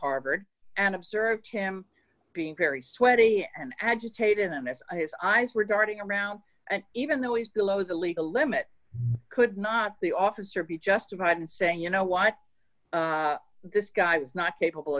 harvard and observed him being very sweaty and agitated in the midst of his eyes were darting around and even though he's below the legal limit could not the officer be justified in saying you know what this guy was not capable